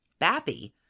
Bappy